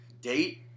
date